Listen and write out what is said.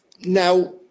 Now